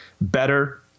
better